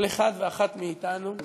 כל אחד ואחת מאתנו,